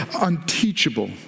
unteachable